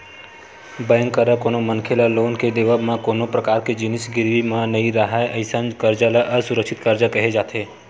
bank करा कोनो मनखे ल लोन के देवब म कोनो परकार के जिनिस गिरवी म नइ राहय अइसन करजा ल असुरक्छित करजा केहे जाथे